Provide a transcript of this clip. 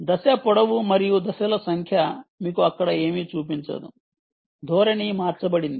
దశ పొడవు మరియు దశల సంఖ్య మీకు అక్కడ ఏమీ చూపించదు ధోరణి మార్చబడింది